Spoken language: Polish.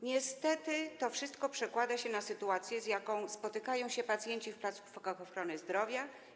Niestety to wszystko przekłada się na sytuację, z jaką spotykają się pacjenci w placówkach ochrony zdrowia.